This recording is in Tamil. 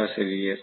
பேராசிரியர்